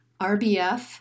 RBF